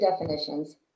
definitions